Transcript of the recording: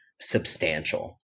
substantial